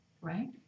right